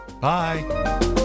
Bye